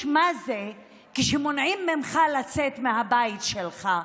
מה זה כשמונעים ממך לצאת מהבית שלך,